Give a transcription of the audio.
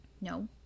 No